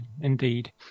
indeed